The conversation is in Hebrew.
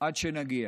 עד שנגיע.